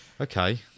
okay